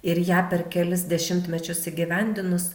ir ją per kelis dešimtmečius įgyvendinus